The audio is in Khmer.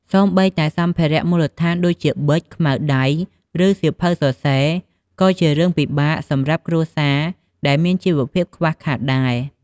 សូម្បីតែសម្ភារៈមូលដ្ឋានដូចជា ប៊ិច ខ្មៅដៃ ឬសៀវភៅសរសេរ ក៏ជារឿងពិបាកសម្រាប់គ្រួសារដែលមានជីវភាពខ្វះខាតដែរ។